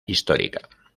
histórica